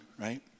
right